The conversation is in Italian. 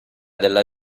della